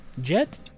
Jet